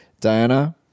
Diana